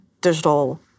digital